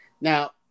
Now